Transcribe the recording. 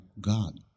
God